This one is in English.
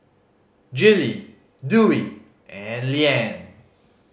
Gillie Dewey and Leann